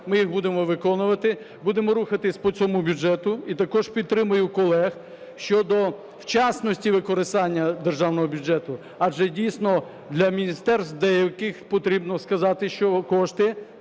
ми їх будемо виконувати, будемо рухатись по цьому бюджету. І також підтримую колег щодо вчасності використання державного бюджету, адже дійсно для міністерств, до яких потрібно сказати, що кошти